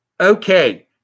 Okay